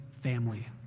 family